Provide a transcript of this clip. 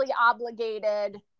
obligated